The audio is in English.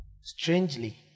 strangely